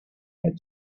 had